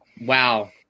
wow